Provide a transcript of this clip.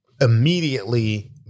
immediately